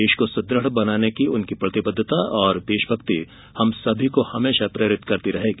देश को सुदृढ़ बनाने की उनकी प्रतिबद्धता और देशभक्ति हमेशा हम सभी को प्रेरित करती रहेगी